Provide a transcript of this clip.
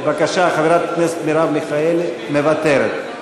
בבקשה, חברת הכנסת מרב מיכאלי מוותרת.